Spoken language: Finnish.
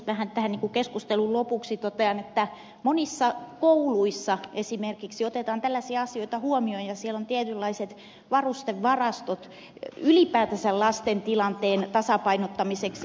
vähän tähän niin kuin keskustelun lopuksi totean että monissa kouluissa esimerkiksi otetaan tällaisia asioita huomioon ja siellä on tietynlaiset varustevarastot ylipäätänsä lasten tilanteen tasapainottamiseksi